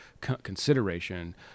consideration